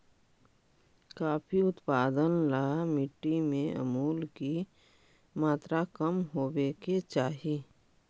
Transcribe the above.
coffee उत्पादन ला मिट्टी में अमूल की मात्रा कम होवे के चाही